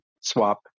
swap